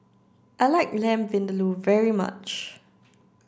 I like lamb vindaloo very much